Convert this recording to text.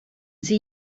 sie